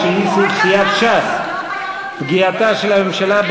ופשוט שכולם יעבדו בממשלה,